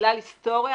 בגלל היסטוריה,